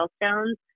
milestones